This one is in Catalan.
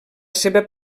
seva